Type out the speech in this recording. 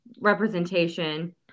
representation